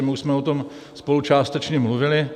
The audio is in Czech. Už jsme o tom spolu částečně mluvili.